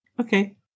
Okay